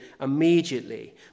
immediately